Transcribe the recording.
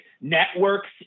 networks